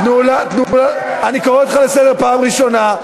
תנו לה, אני קורא אותך לסדר בפעם הראשונה.